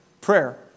Prayer